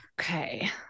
Okay